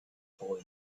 boy